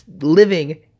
living